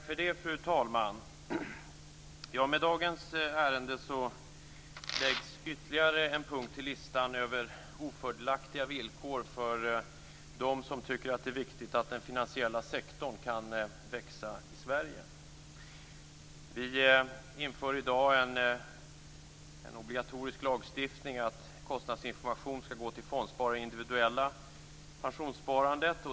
Fru talman! Med dagens ärende läggs ytterligare en punkt till listan över ofördelaktiga villkor för dem som tycker att det är viktigt att den finansiella sektorn kan växa i Sverige. Vi inför i dag en obligatorisk lagstiftning om att kostnadsinformation skall gå till fondsparare i det individuella pensionssparandet.